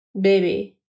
Baby